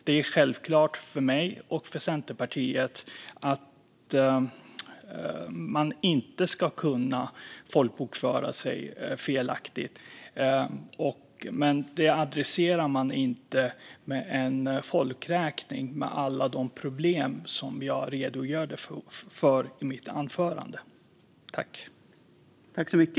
Det är självklart för mig och Centerpartiet att man inte ska kunna folkbokföra sig felaktigt. Men det adresserar man inte med en folkräkning med alla de problem som jag redogjorde för i mitt anförande.